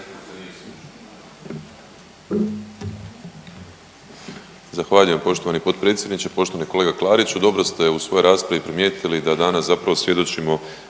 Zahvaljujem poštovani potpredsjedniče. Poštovani kolega Klariću dobro ste u svojoj raspravi primijetili da danas zapravo svjedočimo